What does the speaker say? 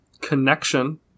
connection